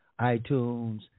iTunes